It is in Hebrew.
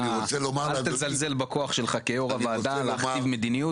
אל תזלזל בכוח שלך כיו"ר הוועדה להכתיב מדיניות